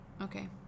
Okay